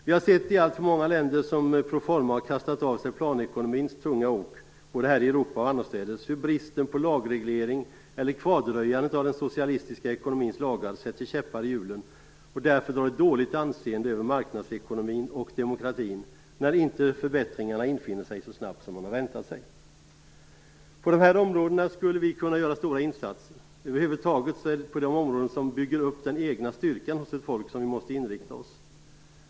Vi har i alltför många länder som pro forma kastat av sig planekonomins tunga ok - både här i Europa och annorstädes - sett hur bristen på lagreglering eller kvardröjandet av den socialistiska ekonomins lagar sätter käppar i hjulen och drar dåligt anseende över marknadsekonomin och demokratin när inte förbättringarna infinner så snabbt som folk väntat sig. På dessa områden skulle vi kunna göra stora insatser. Över huvud taget är det på de områden som bygger upp den egna styrkan hos ett folk som vi måste inrikta oss.